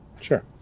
Sure